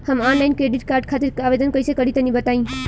हम online credit card खातिर आवेदन कइसे करि तनि बताई?